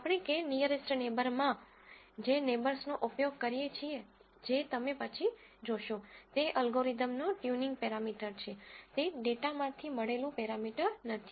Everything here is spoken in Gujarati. આપણે k નીઅરેસ્ટ નેબર માં જે નેબર્સનો ઉપયોગ કરીએ છીએ જે તમે પછી જોશો તે એલ્ગોરિધમનો ટ્યુનિંગ પેરામીટર છે તે ડેટામાંથી મેળવેલું પેરામીટર નથી